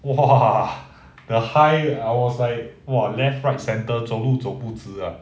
!wah! the high I was like !wah! left right centre 走路走不直啊